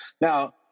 Now